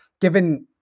given